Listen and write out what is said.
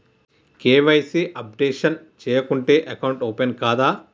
KYC updation చేయకుంటే account open కాదా?